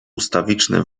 ustawiczne